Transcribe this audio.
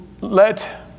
let